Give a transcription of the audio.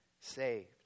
saved